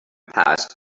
passed